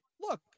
look